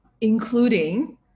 including